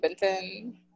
Benton